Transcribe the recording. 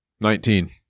Nineteen